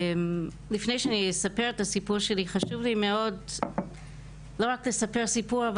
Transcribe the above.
לפני שאני אספר את הסיפור שלי חשוב לי מאוד לא רק לספר סיפור,